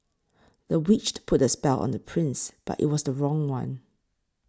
the witch put a spell on the prince but it was the wrong one